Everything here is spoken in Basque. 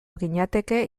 ginateke